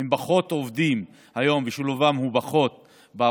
הם פחות עובדים היום ושילובם בעבודה הוא פחות.